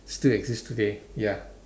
still exist today ya